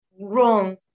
wrong